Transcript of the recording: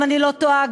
אם אני לא טועה,